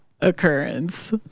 occurrence